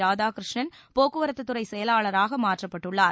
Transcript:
ராதாகிருஷ்ணன் போக்குவரத்துத்துறை செயலாளராக மாற்றப்பட்டுள்ளார்